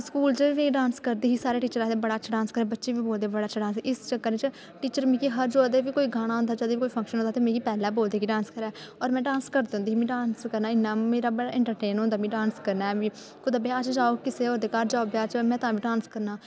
school च बी dance करदी ही सारे टीचर आखदे बड़ा अच्छा डांस बच्चे बी बोलदे हे बड़ा अच्छा डांस इस चक्कर च टीचर मिगी हर जेल्लै बी कोई गाना आंदा जदूं बी कोई फंक्शन आंदा ते मिगी पैह्लें बोलदे कि डांस कर होर में डांस करदी रौंह्दी ही में डांस करना इन्ना मेरा बड़ा इंट्रटेन होंदा मीं डांस करन कुदै ब्याह् च जाओ किसे होर दे घर जाओ ब्याह् च में तां बी डांस करना